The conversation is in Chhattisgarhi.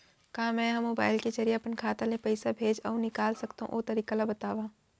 का मै ह मोबाइल के जरिए अपन खाता ले पइसा भेज अऊ निकाल सकथों, ओ तरीका ला बतावव?